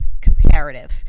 comparative